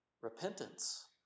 repentance